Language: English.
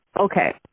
Okay